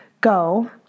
go